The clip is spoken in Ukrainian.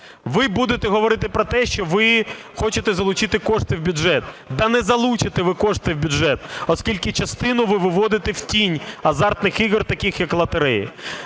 Ви будете говорити про те, що ви хочете залучити кошти в бюджет. Та не залучите ви кошти в бюджет, оскільки частину ви виводите в тінь азартних ігор таких, як лотереї.